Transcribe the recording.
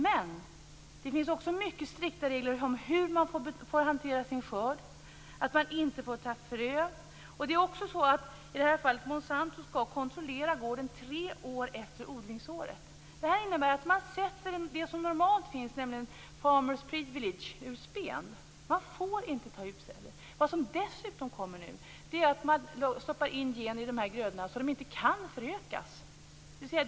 Men det finns också mycket strikta regler för hur bönderna får hantera sin skörd. De får inte ta frön. I det här fallet skall också företaget kontrollera gården i tre år efter odlingsåret. Det innebär att farmers privilege sätts ur spel. Bönderna får inte ta utsäde. Dessutom stoppar man nu in gener i dessa grödor så att de inte kan förökas.